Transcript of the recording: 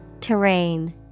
Terrain